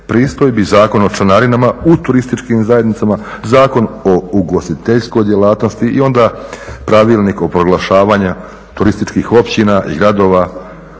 pristojbi, Zakon o članarinama u turističkim zajednicama, Zakon o ugostiteljskoj djelatnosti i onda Pravilnik o proglašavanju turističkih općina i gradova